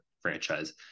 franchise